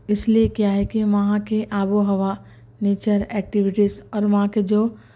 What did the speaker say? اس لئے کیا ہے کہ وہاں کے آب و ہوا نیچر ایکٹویٹیز اور وہاں کے جو